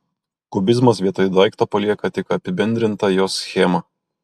kubizmas vietoj daikto palieka tik apibendrintą jo schemą